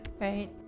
right